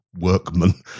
workman